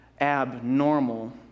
abnormal